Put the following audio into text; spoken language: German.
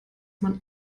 man